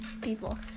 people